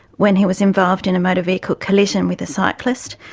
when he was involved in a motor vehicle condition with a cyclist.